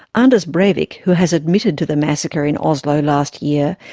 anders breivik, who has admitted to the massacre in oslo last year,